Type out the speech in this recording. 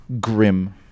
grim